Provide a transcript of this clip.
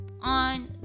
on